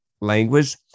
language